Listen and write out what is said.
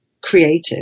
creative